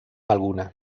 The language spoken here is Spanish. alguna